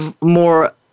more